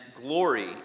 glory